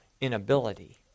inability